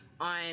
on